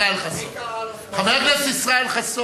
מי קרא לשותף הקואליציוני סמרטוט?